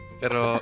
pero